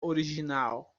original